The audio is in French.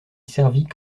servit